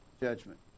judgment